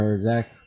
Zach